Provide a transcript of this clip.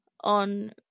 on